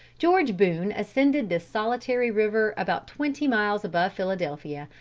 george boone ascended this solitary river about twenty miles above philadelphia,